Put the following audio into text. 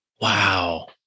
Wow